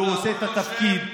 והוא עושה את התפקיד.